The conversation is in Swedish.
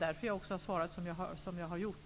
Därför har jag svarat som jag har gjort.